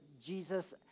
Jesus